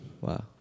Wow